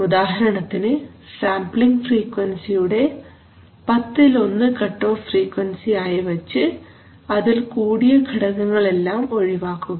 ഉദാഹരണത്തിന് സാംപ്ലിങ് ഫ്രീക്വൻസിയുടെ 110 cut off frequency ആയി വച്ച് അതിൽ കൂടിയ ഘടകങ്ങളെല്ലാം ഒഴിവാക്കുക